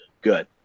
Good